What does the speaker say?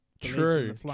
True